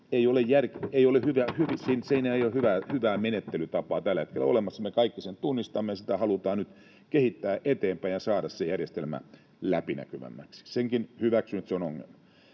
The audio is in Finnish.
ei ole hyvää menettelytapaa tällä hetkellä olemassa. Me kaikki tunnistamme sen, ja sitä halutaan nyt kehittää eteenpäin ja saada se järjestelmä läpinäkyvämmäksi. Senkin hyväksyn, että se on ongelma.